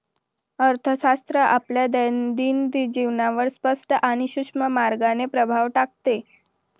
अर्थशास्त्र आपल्या दैनंदिन जीवनावर स्पष्ट आणि सूक्ष्म मार्गाने प्रभाव टाकते